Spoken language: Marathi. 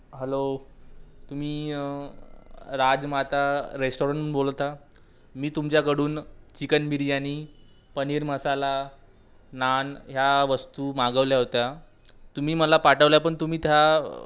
हॅलो तुम्ही राजमाता रेस्टॉरंटमधून बोलत आहे मी तुमच्याकडून चिकन बिर्यानी पनीर मसाला नान ह्या वस्तू मागवल्या होत्या तुम्ही मला पाठवल्या पण तुम्ही त्या